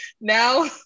Now